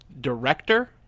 director